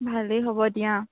ভালেই হ'ব দিয়া